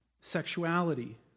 sexuality